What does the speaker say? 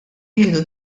jieħdu